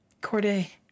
Corday